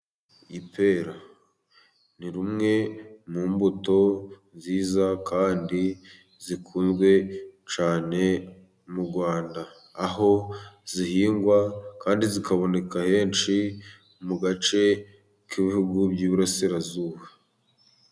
Ipera ni rumwe mu mbuto nziza kandi zikunzwe cyane mu Rwanda aho zihingwa kandi zikaboneka henshi mu gace k'ibihugu by'iburasirazuba.